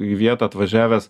į vietą atvažiavęs